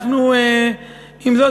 עם זאת,